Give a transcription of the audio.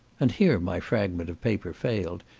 and here my fragment of paper failed,